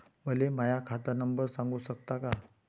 मले माह्या खात नंबर सांगु सकता का?